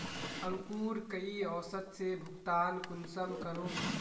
अंकूर कई औसत से भुगतान कुंसम करूम?